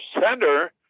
center